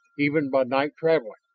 even by night traveling.